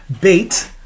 bait